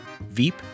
Veep